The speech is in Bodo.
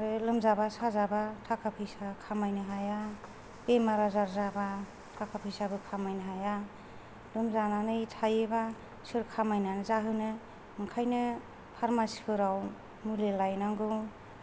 लोमजाबा साजाबा थाखा फैसा खामायनो हाया बेमार आजार जाबा थाखा फैसाबो खामायनो हाया लोमजानानै थायोबा सोर खामायनानै जाहोनो ओंखायनो फार्मासिफोराव मुलि लायनांगौ